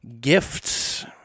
gifts